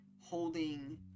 holding